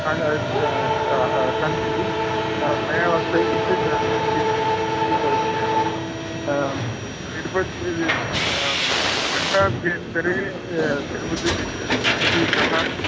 सन्ति मया वक्तव्यं चेत् अहं किञ्चित् वदिष्यामि तिरुपति घण्टाभ्यन्तरे तिरुपतिनगरे तिरुपतितः